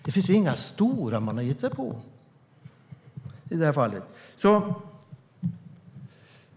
Det finns inga stora som man har gett sig på.